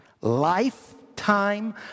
lifetime